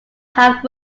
have